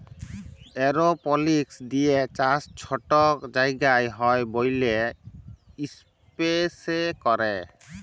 এরওপলিক্স দিঁয়ে চাষ ছট জায়গায় হ্যয় ব্যইলে ইস্পেসে ক্যরে